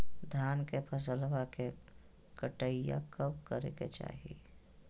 धान के फसलवा के कटाईया कब करे के चाही?